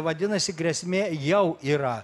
vadinasi grėsmė jau yra